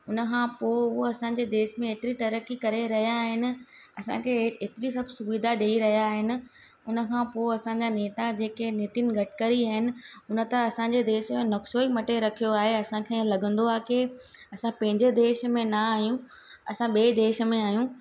उनखां पोइ उहे असांजे देश में एतिरी तरक़ी करे रहिया आहिनि असांखे एतिरी सभु सुविधा ॾेई रहिया आहिनि उनखां पोइ असांजा नेता जेके नितिन गडकरी आहिनि उन त असांजे देश जो नक्शो ई मटे रखियो आहे असांखे लॻंदो आहे की असां पंहिंजे देश में न आहियूं असां ॿिए देश में आहियूं